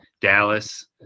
Dallas